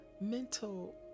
mental